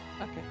Okay